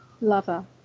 lover